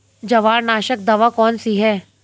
जवार नाशक दवा कौन सी है?